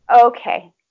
okay